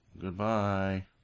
Goodbye